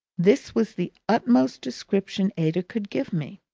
this was the utmost description ada could give me.